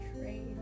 trade